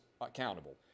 accountable